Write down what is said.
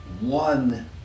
one